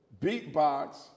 beatbox